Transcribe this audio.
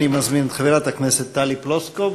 אני מזמין את חברת הכנסת טלי פלוסקוב,